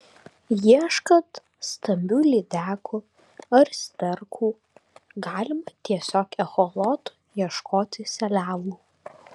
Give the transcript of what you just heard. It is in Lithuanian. ieškant stambių lydekų ar sterkų galima tiesiog echolotu ieškoti seliavų